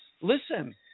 Listen